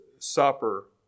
supper